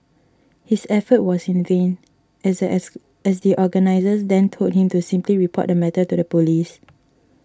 his effort was in vain as the as as the organisers then told him to simply report the matter to the police